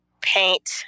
paint